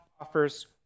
offers